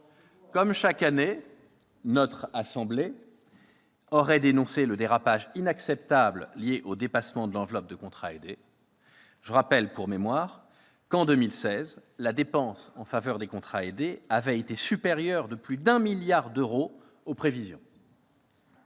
Comme chaque année, notre assemblée aurait dénoncé le dérapage inacceptable lié au dépassement de l'enveloppe de contrats aidés. Je rappelle, pour mémoire, que, en 2016, la dépense en faveur des contrats aidés avait été supérieure de plus de 1 milliard d'euros aux prévisions.